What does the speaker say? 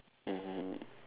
mmhmm